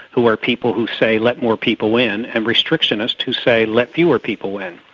who are people who say let more people in, and restrictionists who say let fewer people in.